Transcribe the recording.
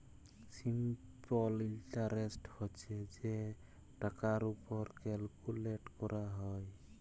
simple interest হছে যে টাকার উপর ক্যালকুলেট ক্যরা হ্যয়